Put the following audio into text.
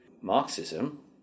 Marxism